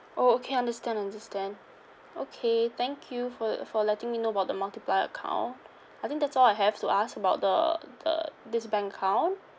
oh okay understand understand okay thank you for for letting me know about the multiplier account I think that's all I have to ask about the the this bank account